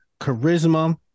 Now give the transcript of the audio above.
charisma